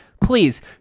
please